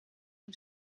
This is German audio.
und